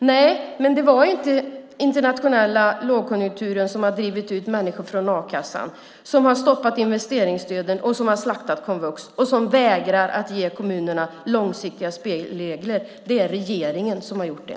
Nej, men det är inte den internationella lågkonjunkturen som har drivit ut människor från a-kassan, som har stoppat investeringsstöden, som har slaktat komvux och som vägrar att ge kommunerna långsiktiga spelregler. Det är regeringen som har gjort det.